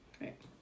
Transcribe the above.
Right